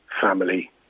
family